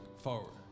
forward